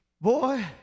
Boy